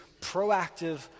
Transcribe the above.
proactive